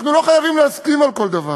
אנחנו לא חייבים להסכים על כל דבר,